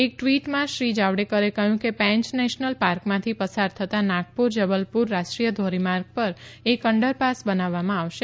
એક ટવીટમાં શ્રી જાવડેકરે કહયું કે પેંચ નેશનલ પાર્કમાંથી પસાર થતાં નાગપુર જબલપુર રાષ્ટ્રીય ધોરીમાર્ગ પર એક અંડરપાસ બનાવવામાં આવશે